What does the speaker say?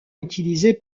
utilisé